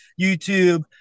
YouTube